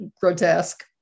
grotesque